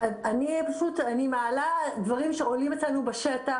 אני מעלה דברים שעולים אצלנו בשטח,